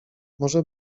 może